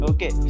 Okay